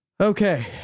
Okay